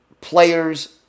players